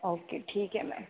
okay ठीक है ma'am